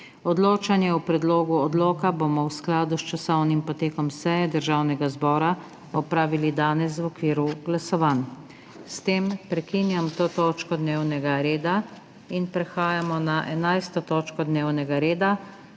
Odločanje o predlogu odloka bomo v skladu s časovnim potekom seje Državnega zbora opravili danes v okviru glasovanj. S tem prekinjam to točko dnevnega reda. Prehajamo na **11. TOČKO DNEVNEGA REDA,